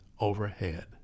overhead